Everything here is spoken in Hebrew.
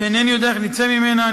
שאינני יודע איך נצא ממנה.